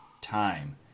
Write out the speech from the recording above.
time